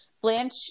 blanche